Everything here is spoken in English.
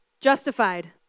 justified